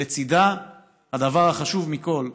שלצידה הדבר החשוב מכול,